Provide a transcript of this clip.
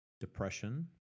depression